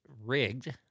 rigged